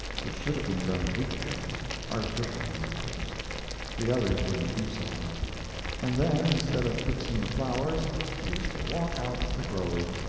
which should have been done a week ago artificial ones, of course the others wouldn't keep so long and then, instead of fixing the flowers, she is to walk out to the grove,